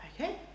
Okay